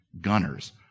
Gunners